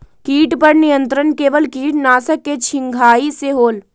किट पर नियंत्रण केवल किटनाशक के छिंगहाई से होल?